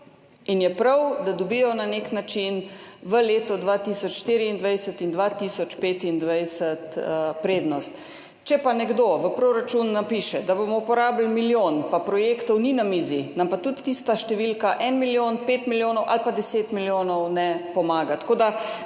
in je prav, da dobijo na nek način prednost v letih 2024 in 2025. Če pa nekdo v proračun napiše, da bomo porabili milijon, pa projektov ni na mizi, nam pa tudi tista številka 1 milijon, 5 milijonov ali pa 10 milijonov ne pomaga.